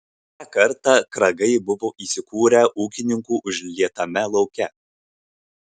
tą kartą kragai buvo įsikūrę ūkininkų užlietame lauke